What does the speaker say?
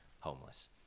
homeless